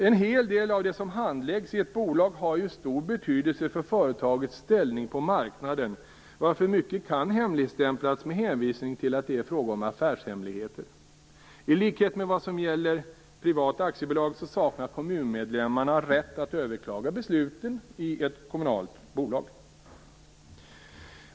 En hel del av det som handläggs i ett bolag har ju stor betydelse för företagets ställning på marknaden, varför mycket kan hemligstämplas med hänvisning till att det är fråga om affärshemligheter. I likhet med vad som gäller privata aktiebolag saknar kommunmedlemmarna rätt att överklaga besluten i ett kommunalt bolag.